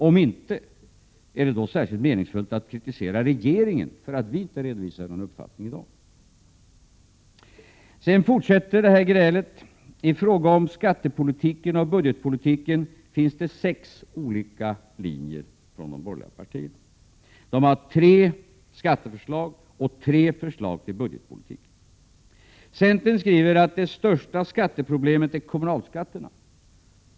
Om ni inte kan redovisa det, är det då särskilt meningsfullt att kritisera regeringen för att den inte har redovisat någon uppfattning i dag? Sedan fortsätter grälet. I fråga om skattepolitiken och budgetpolitiken finns det sex olika linjer från de borgerliga partierna. De har tre skatteförslag och tre förslag till budgetpolitik. Centern skriver att det största skatteproblemet är kommunalskatterna.